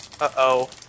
Uh-oh